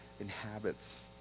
inhabits